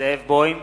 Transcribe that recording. זאב בוים,